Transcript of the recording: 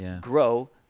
grow